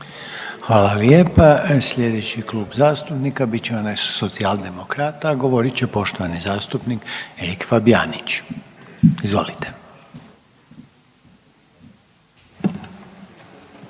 Hvala lijepa. Slijedeći klub zastupnika bit će onaj Socijaldemokrata, a govorit će poštovani zastupnik Erik Fabijanić. Izvolite.